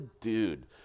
dude